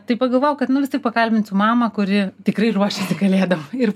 tai pagalvojau kad nu vis tik pakalbinsiu mamą kuri tikrai ruošiasi kalėdom ir